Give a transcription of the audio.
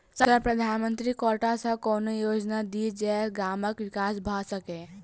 Sir प्रधानमंत्री quota सऽ कोनो योजना दिय जै सऽ ग्रामक विकास भऽ सकै?